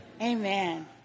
Amen